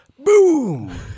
boom